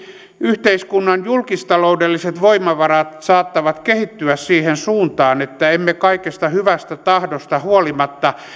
yhteiskunnan julkistaloudelliset voimavarat saattavat kehittyä siihen suuntaan että emme kaikesta hyvästä tahdosta huolimatta